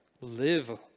live